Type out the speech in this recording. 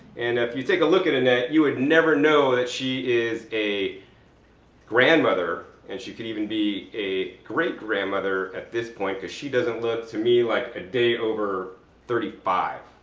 and if you take a look at annette, you would never know that she is a grandmother, and she could even be a great grandmother at this point, because she doesn't look to me like a day over thirty five.